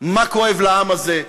מה כואב לעם הזה,